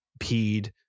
peed